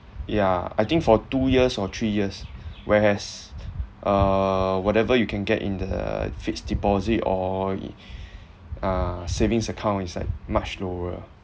yeah I think for two years or three years whereas uh whatever you can get in the fixed deposit or uh savings account is like much lower